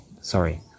sorry